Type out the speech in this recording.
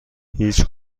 هیچ